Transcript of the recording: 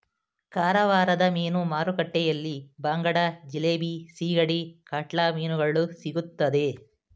ಕಾರವಾರದ ಮೀನು ಮಾರುಕಟ್ಟೆಯಲ್ಲಿ ಬಾಂಗಡ, ಜಿಲೇಬಿ, ಸಿಗಡಿ, ಕಾಟ್ಲಾ ಮೀನುಗಳು ಸಿಗುತ್ತದೆ